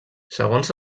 segons